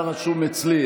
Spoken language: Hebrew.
אתה רשום אצלי,